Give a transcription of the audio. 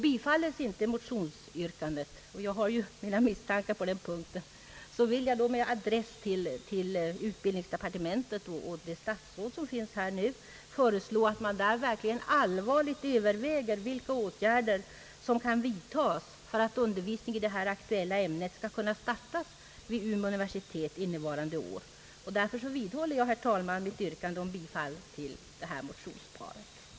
Bifalles inte motionsyrkandet — och jag har mina misstankar på den punkten — så vill jag med adress till utbildningsdepartementet och det statsråd som nu finns här i kammaren föreslå att man allvarligt överväger vilka åtgärder som kan vidtagas för att undervisning i det aktuella ämnet skall kunna startas vid Umeå universitet innevarande år. Herr talman! Jag vidhåller mitt yrkande om bifall till motionerna. b) besluta placera dessa två professurer i geriatrik vid lärosätena i Stockholm och Göteborg,